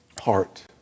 heart